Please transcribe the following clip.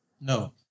No